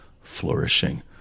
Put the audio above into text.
flourishing